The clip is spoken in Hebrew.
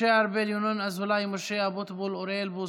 משה ארבל, ינון אזולאי, משה אבוטבול ואוריאל בוסו,